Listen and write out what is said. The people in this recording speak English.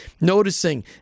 noticing